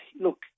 look